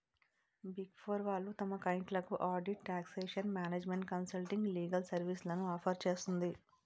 big four వాళ్ళు తమ క్లయింట్లకు audit, taxation, management consulting, legal సర్వీస్లను ఆఫర్ చేస్తుంది